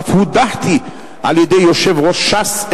אף הודחתי על-ידי יושב-ראש ש"ס,